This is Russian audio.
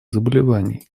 заболеваний